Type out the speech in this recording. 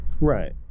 right